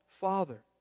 Father